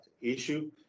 issue